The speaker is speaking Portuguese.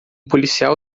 policial